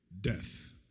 death